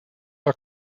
are